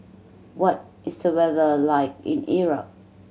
what is the weather like in Iraq